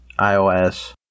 iOS